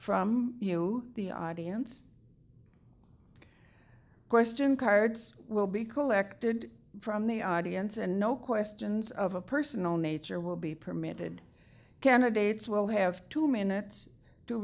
from you the audience question cards will be collected from the audience and no questions of a personal nature will be permitted candidates will have two minutes to